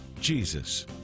Jesus